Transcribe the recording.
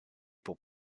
pour